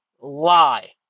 lie